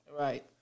Right